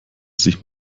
sich